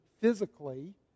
physically